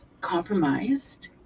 compromised